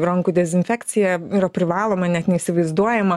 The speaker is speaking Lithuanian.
rankų dezinfekcija yra privaloma net neįsivaizduojama